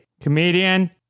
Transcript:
comedian